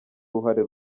uruhare